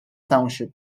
township